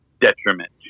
detriment